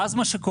ואז מה שקורה,